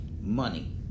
Money